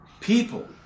people